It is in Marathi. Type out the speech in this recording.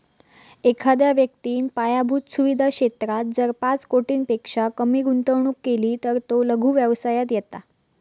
एखाद्या व्यक्तिन पायाभुत सुवीधा क्षेत्रात जर पाच कोटींपेक्षा कमी गुंतवणूक केली तर तो लघु व्यवसायात येता